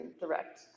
direct